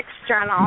external